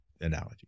analogy